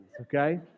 okay